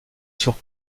sur